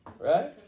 Right